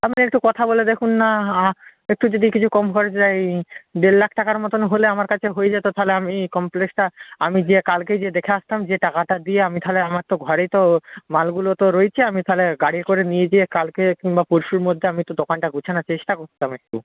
আপনি একটু কথা বলে দেখুন না একটু যদি কিছু কম করা যায় দেড় লাখ টাকার মতো হলে আমার কাছে হয়ে যেত তাহলে আমি কমপ্লেক্সটা আমি গিয়ে কালকেই গিয়ে দেখে আসতাম দিয়ে টাকাটা দিয়ে আমি তাহলে আমার তো ঘরেই তো মালগুলো তো রয়েছে আমি তাহলে গাড়ি করে নিয়ে গিয়ে কালকে কিংবা পরশুর মধ্যে আমি তো দোকানটা গোছানোর চেষ্টা করতাম একটু